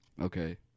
Okay